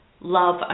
love